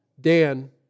Dan